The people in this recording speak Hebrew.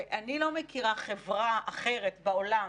ואני לא מכירה חברה אחרת בעולם,